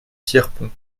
pierrepont